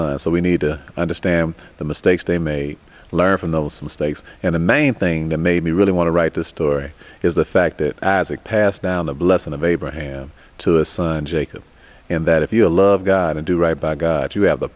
so we need to understand the mistakes they made learn from those mistakes and the main thing that made me really want to write this story is the fact it as it passed down the blessing of abraham to a son jacob and that if you love god and do right by god you have the